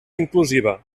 inclusiva